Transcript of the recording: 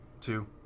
two